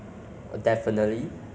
it's sweet you know and the